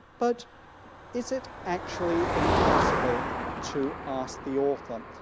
but is it actually impossible to ask the author?